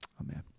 Amen